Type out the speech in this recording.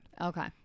okay